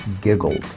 giggled